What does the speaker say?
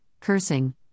cursing